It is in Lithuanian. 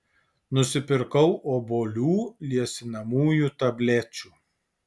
nusipirkau obuolių liesinamųjų tablečių